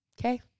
Okay